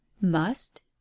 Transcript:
Must